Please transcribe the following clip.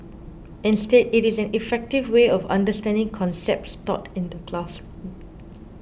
instead it is an effective way of understanding concepts taught in the classroom